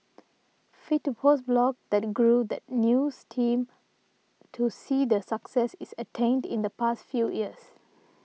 fit to Post blog that grew the news team to see the success is attained in the past few years